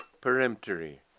peremptory